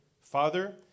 Father